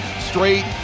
straight